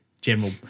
general